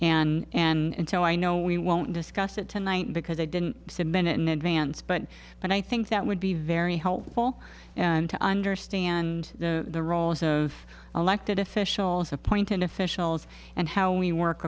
and and so i know we won't discuss it tonight because they didn't say a minute in advance but but i think that would be very helpful and to understand the role of elected officials appointed officials and how we work